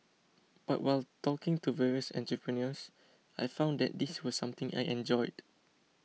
but while talking to various entrepreneurs I found that this was something I enjoyed